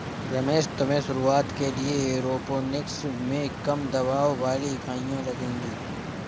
रमेश तुम्हें शुरुआत के लिए एरोपोनिक्स में कम दबाव वाली इकाइयां लगेगी